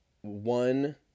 One